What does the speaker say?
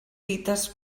dites